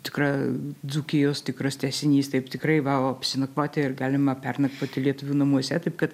tikra dzūkijos tikras tęsinys taip tikrai va apsinakvoti ir galima pernakvoti lietuvių namuose taip kad